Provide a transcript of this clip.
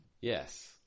Yes